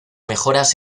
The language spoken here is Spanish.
mejoras